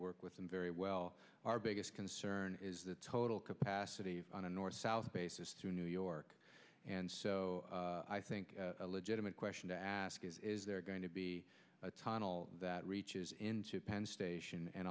work with them very well our biggest concern is the total capacity on a north south basis to new york and so i think a legitimate question to ask is is there going to be a tunnel that reaches into penn station and